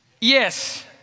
Yes